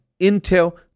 intel